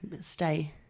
stay